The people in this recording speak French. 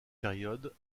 période